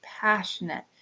passionate